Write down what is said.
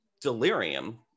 delirium